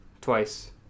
twice